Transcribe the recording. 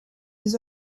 his